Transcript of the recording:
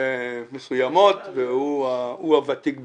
מסוימות והוא הוותיק בינינו.